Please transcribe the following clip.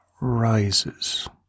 rises